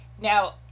now